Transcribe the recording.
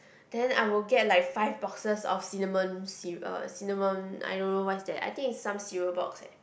then I will get like five boxes of cinnamon c~ uh cinnamon I don't know what is that I think is some cereal box eh